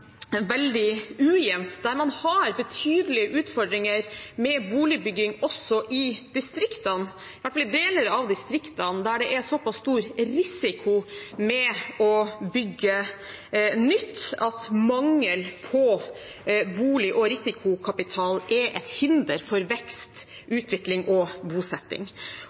veldig ujevnt. Man har betydelige utfordringer med boligbygging også i distriktene, i hvert fall i deler av distriktene, der det er såpass stor risiko ved å bygge nytt at mangel på bolig- og risikokapital er et hinder for vekst, utvikling og bosetting.